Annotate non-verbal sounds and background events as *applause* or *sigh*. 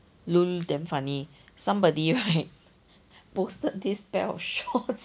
lol damn funny somebody right posted this pair of shorts *laughs*